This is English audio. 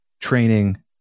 training